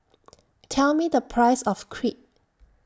Tell Me The Price of Crepe